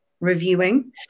reviewing